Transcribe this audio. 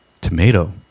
tomato